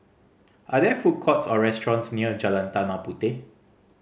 are there food courts or restaurants near Jalan Tanah Puteh